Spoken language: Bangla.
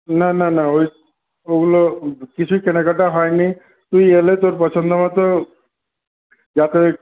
না না না ওই ওগুলো কিছুই কেনাকাটা হয়নি তুই এলে তোর পছন্দ মতো যাতে